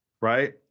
Right